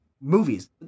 movies